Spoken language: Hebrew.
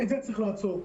את זה צריך לעצור.